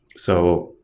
so,